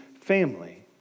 family